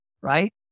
right